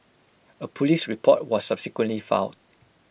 A Police report was subsequently filed